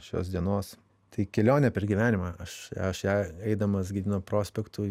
šios dienos tai kelionė per gyvenimą aš aš ją eidamas gedimino prospektu